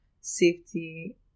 safety